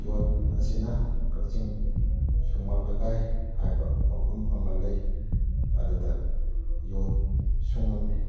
ꯌꯣꯠ ꯑꯁꯤꯅ ꯀꯥꯛꯆꯤꯡ ꯁꯨꯃꯥꯛ ꯂꯩꯀꯥꯏ ꯍꯥꯏꯕ ꯃꯐꯝ ꯑꯃ ꯂꯩ ꯑꯗꯨꯗ ꯌꯣꯠ ꯁꯨꯡꯉꯝꯃꯤ